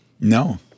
No